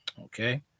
Okay